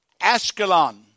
Ashkelon